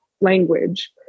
language